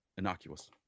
innocuous